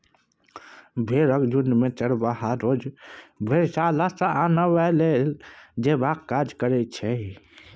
भेंड़क झुण्डकेँ चरवाहा रोज भेड़शाला सँ आनब आ लए जेबाक काज करैत छै